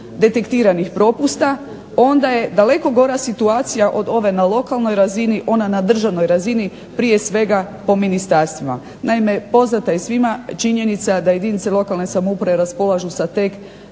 revidiranih područja onda je daleko gora situacija od ove na lokalnoj razini ona na državnoj razini prije svega na ministarstvima. Naime, poznata je svima činjenica da jedinice lokalne samouprave raspolažu sa tek